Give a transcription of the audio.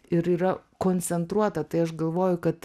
ir yra koncentruota tai aš galvoju kad